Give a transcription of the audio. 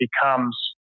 becomes